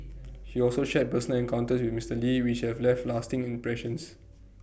he also shared personal encounters with Mister lee which have left lasting impressions